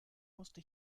musste